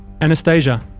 Anastasia